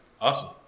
awesome